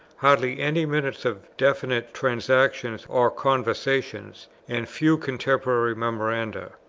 hardly any minutes of definite transactions or conversations, and few contemporary memoranda,